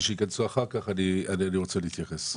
שייכנסו אחר כך אני רוצה להתייחס.